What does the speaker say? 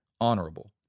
honorable